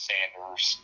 Sanders